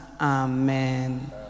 amen